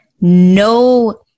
No